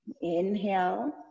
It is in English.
Inhale